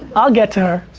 i'll get to her.